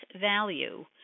value